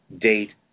date